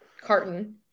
carton